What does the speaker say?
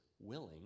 willing